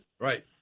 Right